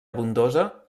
abundosa